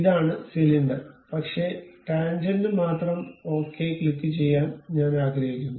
ഇതാണ് സിലിണ്ടർ പക്ഷേ ടാൻജെന്റ് മാത്രം ഓക്കേ ക്ലിക്കുചെയ്യാൻ ഞാൻ ആഗ്രഹിക്കുന്നു